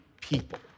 people